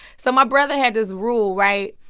so my brother had this rule. right?